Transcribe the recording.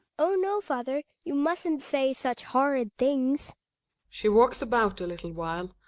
oh no, father you musn't say such horrid things she ivalks about a little while,